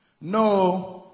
no